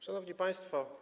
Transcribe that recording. Szanowni Państwo!